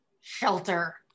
shelter